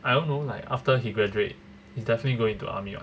I don't know like after he graduate he's definitely going to army [what]